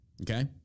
okay